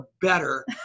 better